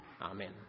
Amen